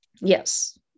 yes